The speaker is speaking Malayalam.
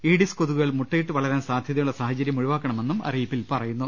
ഈഡിസ് കൊതുകുകൾ മുട്ടയിട്ടു വളരാൻ സാധ്യത യുള്ള സാഹചരൃം ഒഴിവാക്കണമെന്നും അറിയിപ്പിൽ പറയുന്നു